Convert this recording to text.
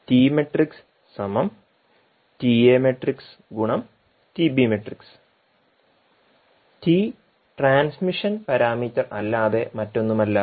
T transmission parameter അല്ലാതെ മറ്റൊന്നുമല്ല